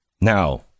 Now